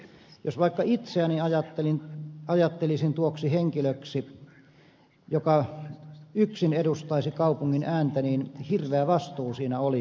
jos vaikka itseäni ajattelisin tuoksi henkilöksi joka yksin edustaisi kaupungin ääntä niin hirveä vastuu siinä olisi